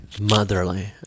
motherly